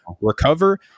recover